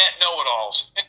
know-it-alls